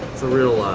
the real